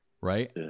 right